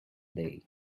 day